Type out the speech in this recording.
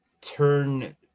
turn